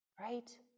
Right